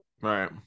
Right